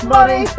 Money